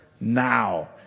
now